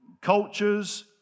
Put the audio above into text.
cultures